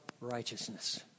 righteousness